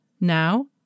Now